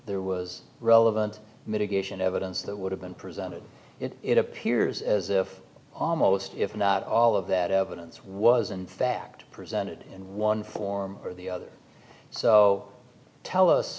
there was relevant mitigation evidence that would have been presented it appears as if almost if not all of that evidence was in fact presented in one form or the other so tell us